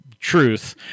truth